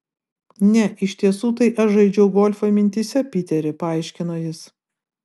ne iš tiesų tai aš žaidžiau golfą mintyse piteri paaiškino jis